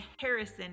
Harrison